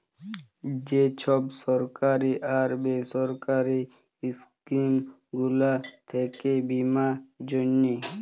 যে ছব সরকারি আর বেসরকারি ইস্কিম গুলা থ্যাকে বীমার জ্যনহে